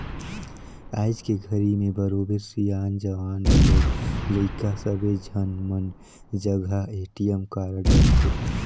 आयज के घरी में बरोबर सियान, जवान, लोग लइका सब्बे झन मन जघा ए.टी.एम कारड रथे